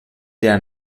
der